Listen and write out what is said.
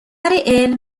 علم